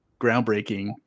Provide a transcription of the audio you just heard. groundbreaking